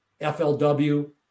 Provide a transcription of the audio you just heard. FLW